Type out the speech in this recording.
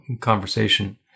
conversation